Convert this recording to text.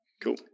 Cool